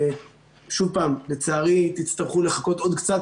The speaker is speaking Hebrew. שוב פעם, לצערי, תצטרכו לחכות עוד קצת.